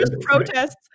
protests